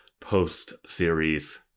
post-series